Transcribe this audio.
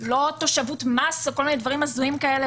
לא תושבות מס או כל מיני דברים הזויים כאלה